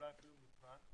אולי אפילו מזמן,